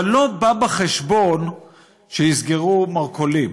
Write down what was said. אבל לא בא בחשבון שיסגרו מרכולים,